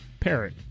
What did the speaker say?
Parrot